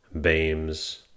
beams